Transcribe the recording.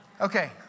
Okay